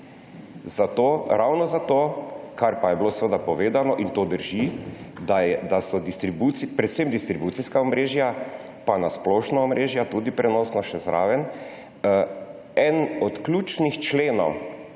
Ravno zato, kar pa je bilo seveda povedano, in to drži, da so predvsem distribucijska omrežja pa na splošna omrežja, tudi prenosno, eden od ključnih členov